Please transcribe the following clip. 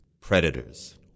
predators